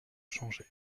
changé